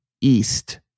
East